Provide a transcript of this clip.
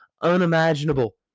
unimaginable